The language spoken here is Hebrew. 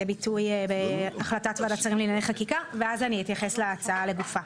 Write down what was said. ביטוי בהחלטת ועדת השרים לענייני חקיקה ואז אני אתייחס להצעה לגופה.